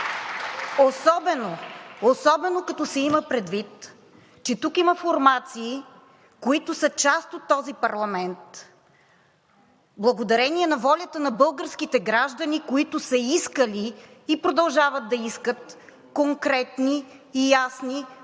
особено като се има предвид, че тук има формации, които са част от този парламент благодарение на волята на българските граждани, които са искали и продължават да искат конкретни, ясни, коренни